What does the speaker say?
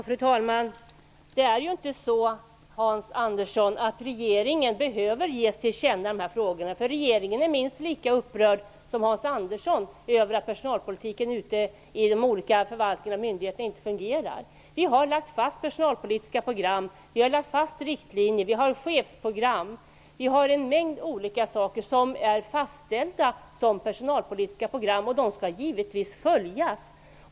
Fru talman! Det är ju inte så, Hans Andersson, att vi behöver ge regeringen dessa saker till känna. Regeringen är minst lika upprörd som Hans Andersson över att personalpolitiken på förvaltningarna och myndigheterna inte fungerar. Vi har lagt fast personalpolitiska program och riktlinjer samt chefsprogram. Det har fastställts en mängd olika saker i personalpolitiska program, och de skall givetvis följas.